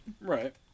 Right